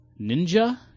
Ninja